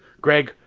gregg,